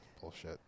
Bullshit